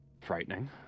frightening